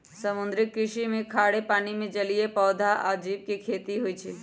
समुद्री कृषि में खारे पानी में जलीय पौधा आ जीव के खेती होई छई